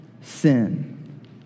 sin